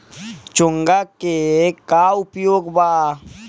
चोंगा के का उपयोग बा?